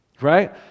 Right